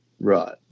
Right